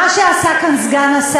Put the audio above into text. מה זה המילים האלה?